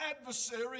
adversary